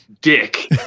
Dick